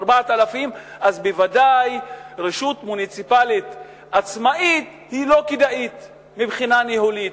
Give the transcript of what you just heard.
4,000. אז בוודאי רשות מוניציפלית עצמאית היא לא כדאית מבחינה ניהולית.